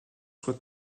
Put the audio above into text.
soient